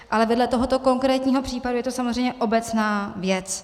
Ale vedle tohoto konkrétního případu je to samozřejmě obecná věc.